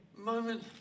Moment